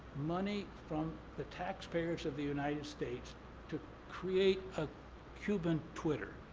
money from the tax payers of the united states to create a cuban twitter,